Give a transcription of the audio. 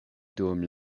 dum